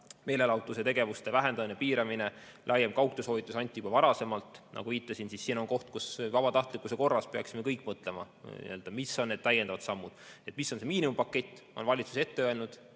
meelelahutustegevuse vähendamine ja piiramine. Laiem kaugtöösoovitus anti juba varasemalt. Nagu viitasin, siin on koht, kus vabatahtlikkuse korras peaksime kõik mõtlema, mis on need täiendavad sammud. Mis on miinimumpakett, seda on valitsus ette öelnud,